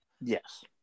Yes